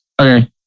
Okay